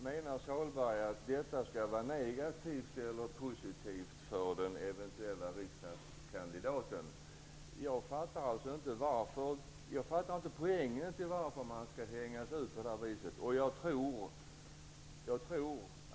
Menar Sahlberg att detta skall vara positivt eller negativt för den eventuella riksdagskandidaten? Jag fattar inte poängen med att man skall hängas ut på detta vis.